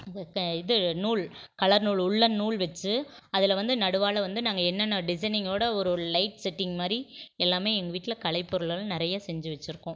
இந்த த இது நூல் கலர் நூல் உள்ளென் நூல் வெச்சு அதில் வந்து நடுவால் வந்து நாங்கள் என்னென்ன டிசைனிங்கோடு ஒரு லைட் செட்டிங் மாதிரி எல்லாமே எங்கள் வீட்டில் கலைப்பொருளெல்லாம் நிறைய செஞ்சு வச்சுருக்கோம்